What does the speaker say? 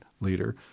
leader